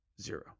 zero